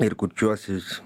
ir kurčiuosius